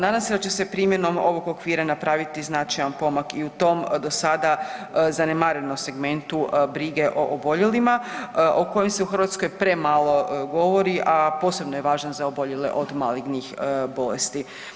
Nadam se da će se primjenom ovog okvira napraviti značajan pomak i u tom zanemarenom segmentu brige o oboljelima o kojem se u Hrvatskoj premalo govori, a posebno je važan za oboljele od malignih bolesti.